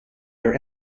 their